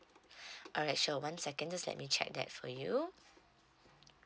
alright sure one second just let me check that for you